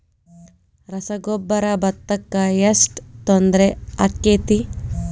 ರಸಗೊಬ್ಬರ, ಭತ್ತಕ್ಕ ಎಷ್ಟ ತೊಂದರೆ ಆಕ್ಕೆತಿ?